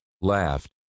laughed